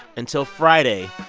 until friday,